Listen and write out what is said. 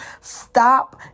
Stop